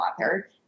author